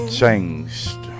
changed